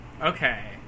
Okay